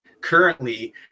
currently